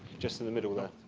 just in the middle and